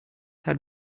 had